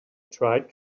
tried